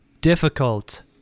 difficult